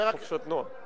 על חשבון הזמן שלי.